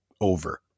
over